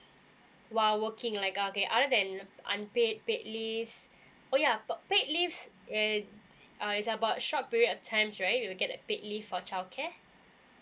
while working like uh okay other than unpaid paid leaves oh ya but paid leaves it uh is about short period of times right you'll get a paid leave for childcare